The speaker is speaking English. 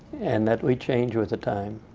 and that we change with the time.